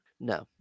No